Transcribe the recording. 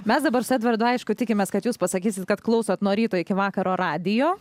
mes dabar su edvardu aišku tikimės kad jūs pasakysit kad klausot nuo ryto iki vakaro radijo